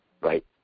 Right